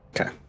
Okay